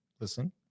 listen